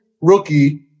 rookie